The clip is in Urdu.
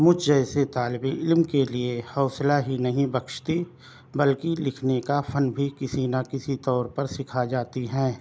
مجھ جیسے طالب علم کے لئے حوصلہ ہی نہیں بخشتی بلکہ لکھنے کا فن بھی کسی نہ کسی طور پر سکھا جاتی ہیں